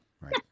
right